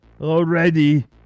already